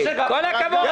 כל הכבוד.